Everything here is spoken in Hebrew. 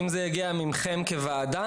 אם זה יגיע מכם כוועדה,